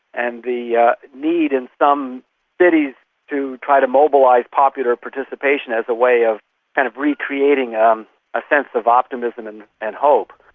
and the yeah need in some cities to try to mobilise popular participation as a way of kind of recreating um a sense of optimism and hope.